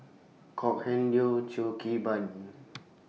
Kok Heng Leun Cheo Kim Ban